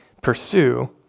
pursue